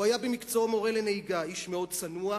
הוא היה במקצועו מורה לנהיגה, איש מאוד צנוע.